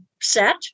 set